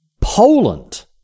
Poland